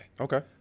okay